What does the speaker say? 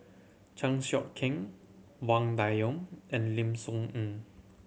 Chan Sek Keong Wang Dayuan and Lim Soo Ngee